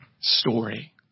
story